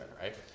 right